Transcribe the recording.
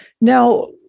Now